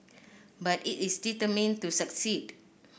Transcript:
but it is determined to succeed